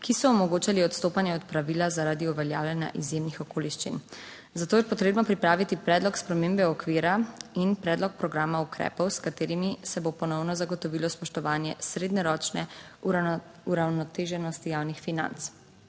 ki so omogočali odstopanje od pravila zaradi uveljavljanja izjemnih okoliščin, zato je potrebno pripraviti predlog spremembe okvira in predlog programa ukrepov, s katerimi se bo ponovno zagotovilo spoštovanje srednjeročne uravnoteženosti javnih financ.